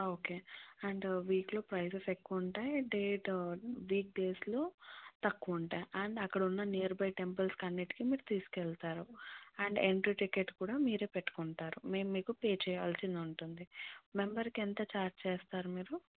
okay and వీక్లో prices ఎక్కువ ఉంటాయి డేట్ వీక్డెస్లో తక్కువ ఉంటాయి అండ్ అక్కడ ఉన్న నియర్ బై టెంపుల్స్కి అన్నింటికి మీరు తీసుకు వెళ్తారు అండ్ ఎంట్రీ టికెట్ కూడా మీరు పెట్టుకుంటారు మేము మీకు పే చేయాల్సి ఉంటుంది మెంబర్కి ఎంత చార్జ్ చేస్తారు మీరు